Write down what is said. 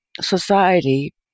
society